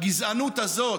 הגזענות הזאת,